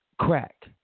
crack